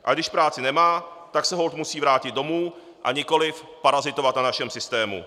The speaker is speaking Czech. Ale když práci nemá, tak se holt musí vrátit domů a nikoliv parazitovat na našem systému.